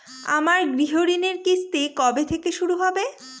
আমার গৃহঋণের কিস্তি কবে থেকে শুরু হবে?